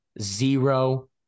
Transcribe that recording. zero